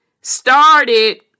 started